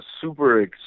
super